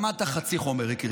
למדת חצי חומר, יקירי.